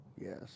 Yes